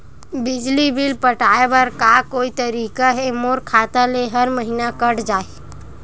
बिजली बिल पटाय बर का कोई तरीका हे मोर खाता ले हर महीना कट जाय?